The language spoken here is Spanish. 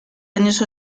años